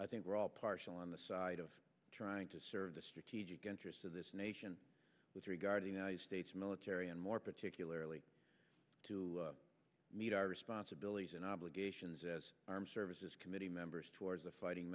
i think we're all partial on the side of trying to serve the strategic interests of this nation with regarding our states military and more particularly to meet our responsibilities and obligations as armed services committee members towards the fighting